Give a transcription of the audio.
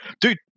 Dude